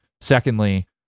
Secondly